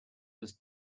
was